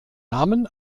namen